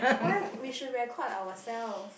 why we should record ourselves